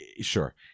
sure